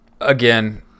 again